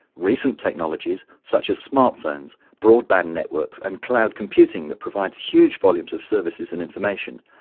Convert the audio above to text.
recent technologies, such as smartphones, broadband networks, and cloud computing that provides huge volumes of services and information,